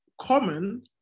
common